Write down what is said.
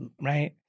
right